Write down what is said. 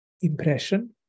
impression